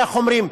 איך אומרים,